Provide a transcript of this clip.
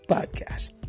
Podcast